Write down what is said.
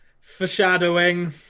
Foreshadowing